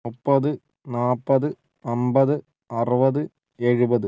മുപ്പത് നാൽപ്പത് അൻപത് അറുപത് എഴുപത്